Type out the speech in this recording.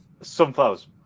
Sunflowers